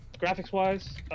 graphics-wise